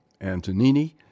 Antonini